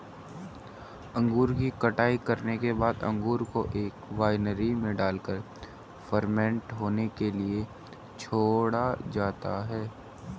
अंगूर की कटाई करने के बाद अंगूर को एक वायनरी में डालकर फर्मेंट होने के लिए छोड़ा जाता है